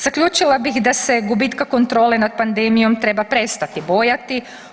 Zaključila bih da se gubitka kontrole nad pandemijom treba prestati bojati.